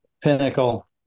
pinnacle